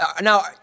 Now